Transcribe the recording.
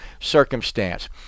circumstance